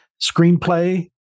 Screenplay